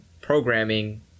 programming